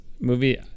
movie